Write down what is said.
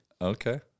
Okay